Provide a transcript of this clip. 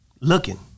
looking